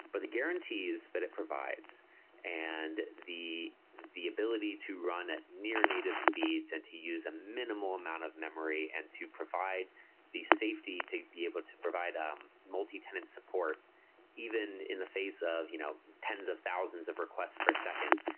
but the guarantees that it provides and the the ability to run it near native speeds and to use a minimal amount of memory and to provide the safety to be able to provide um multitenant support even in the face of you know tens of thousands of requests per second,